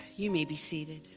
you may be seated.